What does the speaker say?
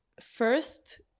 first